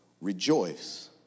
rejoice